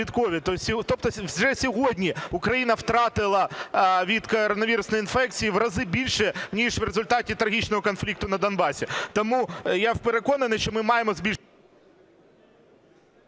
Тобто вже сьогодні Україна втратила від коронавірусної інфекції в рази більше, ніж в результаті трагічного конфлікту на Донбасі. Тому я переконаний, що ми маємо збільшити…